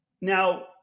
Now